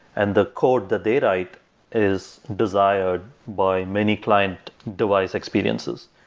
and the code that they write is desired by many client device experiences.